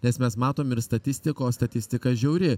nes mes matom ir statistikos o statistika žiauri